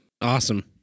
Awesome